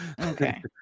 okay